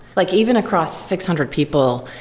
like even across six hundred people,